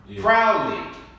proudly